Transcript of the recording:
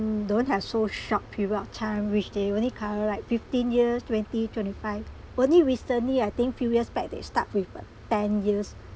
mm don't have so short period of time which they only cover like fifteen years twenty twenty five only recently I think few years back they start with ugh ten years